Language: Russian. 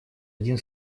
один